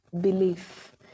belief